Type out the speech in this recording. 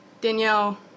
Danielle